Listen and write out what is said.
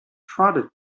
prodded